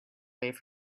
wave